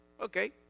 Okay